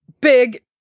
big